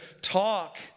talk